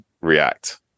react